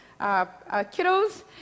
kiddos